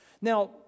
Now